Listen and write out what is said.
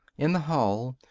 in the hall,